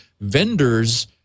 vendors